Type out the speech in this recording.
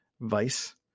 vice